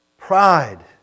Pride